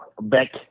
Back